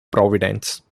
providence